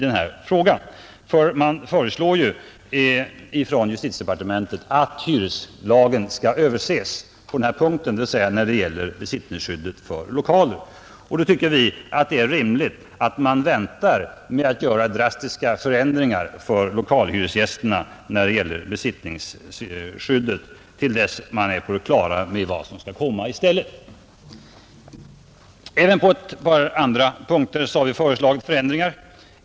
Justitieministern har tillsatt en utredning som bl.a. skall se över besittningsskyddsreglerna för lokaler. Vi anser det då rimligt att vänta med drastiska förändringar av lokalhyresgästernas besittningsskydd till dess man är på det klara med vad som skall komma i stället. Även på ett par andra punkter har vi föreslagit ändringar.